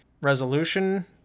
resolution